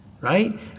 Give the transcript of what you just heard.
Right